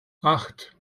acht